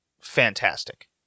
fantastic